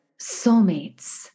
soulmates